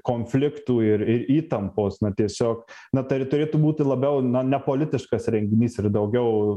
konfliktų ir ir įtampos na tiesiog na tai ir turėtų būti labiau na nepolitiškas renginys ir daugiau